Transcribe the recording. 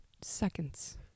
seconds